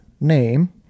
name